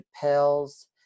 pills